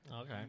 Okay